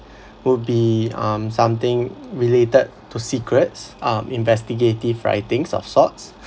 would be um something related to secrets um investigative writings of sorts